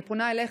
אני פונה אליך,